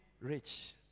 Rich